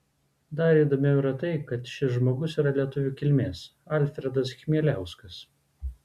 dar įdomiau yra tai kad šis žmogus yra lietuvių kilmės alfredas chmieliauskas